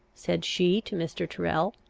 said she to mr. tyrrel,